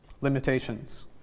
limitations